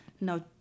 No